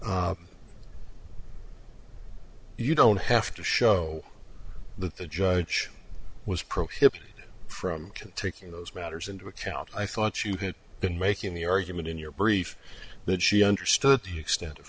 this you don't have to show that the judge was prohibited from to take you those matters into account i thought you had been making the argument in your brief that she understood the extent of